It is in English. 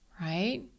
Right